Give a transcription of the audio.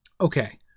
okay